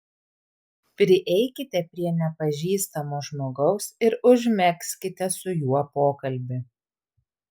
prieikite prie nepažįstamo žmogaus ir užmegzkite su juo pokalbį